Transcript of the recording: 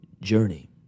journey